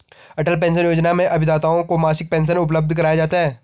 अटल pension Yojana में अभिदाताओं को मासिक पेंशन उपलब्ध कराया जाता है